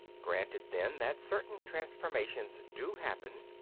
granted, then, that certain transformations do happen,